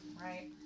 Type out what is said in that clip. right